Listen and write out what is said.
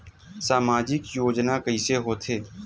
सामजिक योजना कइसे होथे?